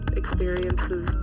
experiences